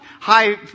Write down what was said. high